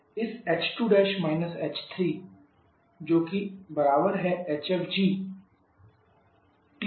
इस h2 h3 hfg